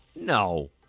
No